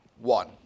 one